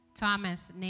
Thomas